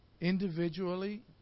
individually